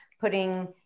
putting